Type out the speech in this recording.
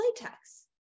latex